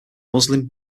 muslim